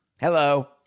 hello